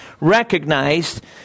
recognized